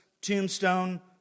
tombstone